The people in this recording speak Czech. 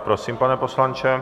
Prosím, pane poslanče.